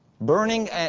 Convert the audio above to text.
burning